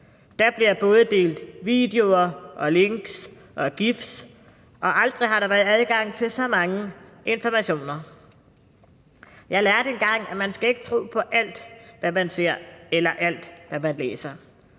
Der bliver både delt videoer, links og GIFs, og aldrig har der været adgang til så mange informationer. Jeg lærte engang, at man ikke skal tro på alt, hvad man ser, eller alt, hvad man læser